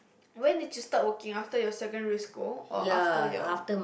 when did you start working after your secondary school or after your